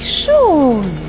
schon